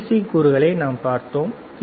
C கூறுகளை நாம் பார்த்தோம் பி